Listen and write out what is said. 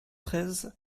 treize